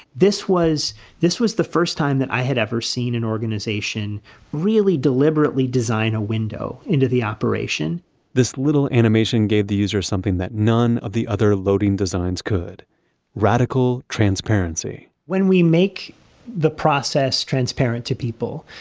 this was this was the first time that i had ever seen an organization really deliberately design a window into the operation this little animation gave the user something that none of the other loading designs could radical transparency when we make the process transparent to people,